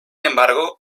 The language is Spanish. embargo